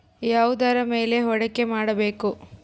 ಯಾವುದರ ಮೇಲೆ ಹೂಡಿಕೆ ಮಾಡಬೇಕು?